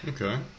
Okay